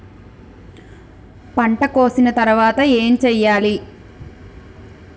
పంట కోసిన తర్వాత ఏం చెయ్యాలి?